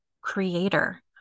creator